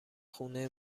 خونه